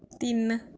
ਤਿੰਨ